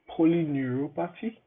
Polyneuropathy